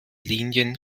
linien